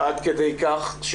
עד כדי כך.